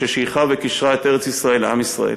ששייכו וקישרו את ארץ-ישראל לעם ישראל.